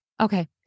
okay